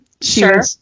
Sure